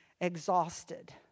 exhausted